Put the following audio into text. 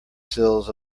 sills